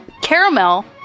Caramel